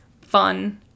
fun